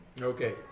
Okay